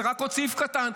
זה רק עוד סעיף קטן,